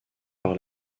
par